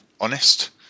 honest